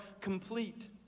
complete